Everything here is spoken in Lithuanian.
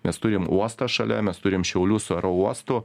mes turim uostą šalia mes turim šiaulius su aerouostu